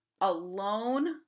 alone